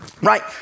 right